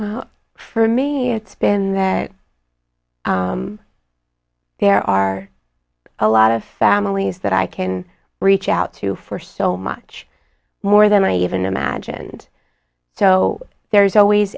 for me it's been that there are a lot of families that i can reach out to for so much more than i even imagined so there's always